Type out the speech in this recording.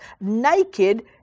naked